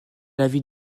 l’avis